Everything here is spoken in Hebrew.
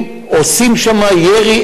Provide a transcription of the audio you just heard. בינינו.